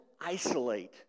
isolate